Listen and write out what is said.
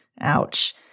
Ouch